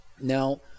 Now